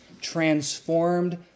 transformed